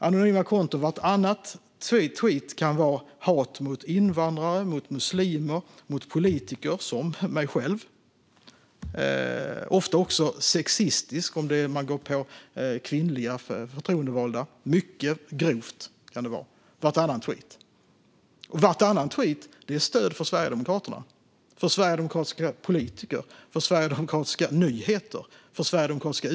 Anonyma konton kan i vartannat tweet vara hat mot invandrare, muslimer eller politiker som jag själv. Ofta är de också sexistiska om de går på kvinnliga förtroendevalda. Det kan vara mycket grovt. Det här gäller varannan tweet. Varannan tweet stöder också Sverigedemokraterna. De visar sitt stöd för sverigedemokratiska politiker, nyheter och utspel.